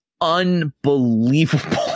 unbelievable